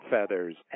Feathers